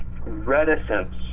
reticence